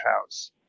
house